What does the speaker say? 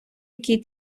який